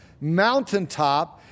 mountaintop